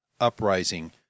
uprising